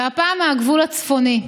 והפעם מהגבול הצפוני.